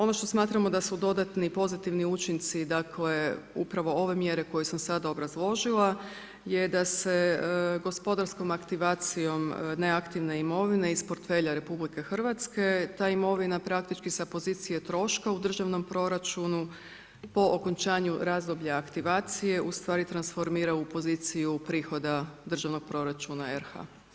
Ono što smatramo da su dodatni pozitivni učinci, dakle upravo ove mjere koje sam sada obrazložila, je da se gospodarskom aktivacijom neaktivne imovine iz portfelja RH ta imovina praktički sa pozicije troška u državnom proračunu po okončanju razdoblja aktivacije u stvari transformira u poziciju prihoda državnog proračuna RH.